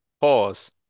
Pause